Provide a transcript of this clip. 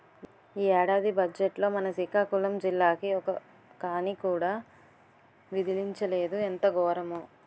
ఈ ఏడాది బజ్జెట్లో మన సికాకులం జిల్లాకి ఒక్క కానీ కూడా విదిలించలేదు ఎంత గోరము